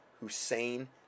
Hussein